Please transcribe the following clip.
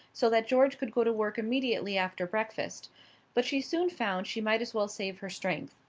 so that george could go to work immediately after breakfast but she soon found she might as well save her strength.